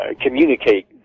communicate